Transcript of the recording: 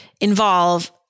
involve